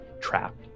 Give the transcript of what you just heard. trapped